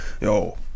Yo